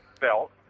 belt